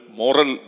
moral